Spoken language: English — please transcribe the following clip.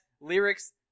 lyrics